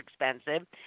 expensive